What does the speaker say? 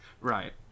Right